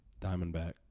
diamondback